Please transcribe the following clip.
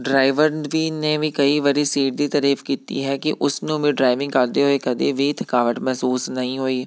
driver ਵੀ ਨੇ ਵੀ ਕਈ ਵਾਰੀ ਸੀਟ ਦੀ ਤਾਰੀਫ ਕੀਤੀ ਹੈ ਕਿ ਉਸਨੂੰ ਵੀ ਡਰਾਈਵਿੰਗ ਕਰਦੇ ਹੋਏ ਕਦੇ ਵੀ ਥਕਾਵਟ ਮਹਿਸੂਸ ਨਹੀਂ ਹੋਈ